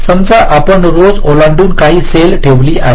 समजा आपण रोज ओलांडून काही सेल ठेवली आहेत